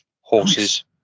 horses